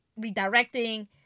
redirecting